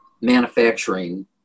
manufacturing